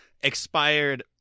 expired